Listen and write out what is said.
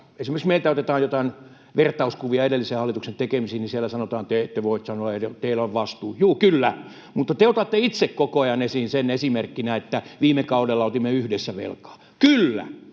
esimerkiksi meiltä otetaan jotain vertauskuvia edellisen hallituksen tekemisiin, niin siellä sanotaan, että teillä on vastuu. Juu, kyllä, mutta te otatte itse koko ajan esiin esimerkkinä sen, että viime kaudella otimme yhdessä velkaa. Kyllä,